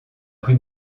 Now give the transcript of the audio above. rue